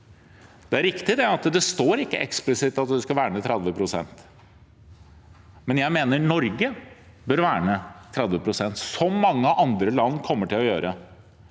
Det er riktig at det ikke står eksplisitt at vi skal verne 30 pst., men jeg mener Norge bør verne 30 pst., slik som mange andre land kommer til å gjøre,